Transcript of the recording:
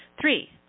three